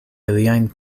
iliajn